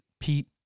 Pete